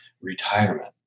retirement